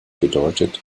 bedeutet